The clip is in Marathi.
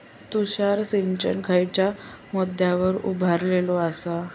तुषार सिंचन खयच्या मुद्द्यांवर उभारलेलो आसा?